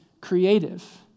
creative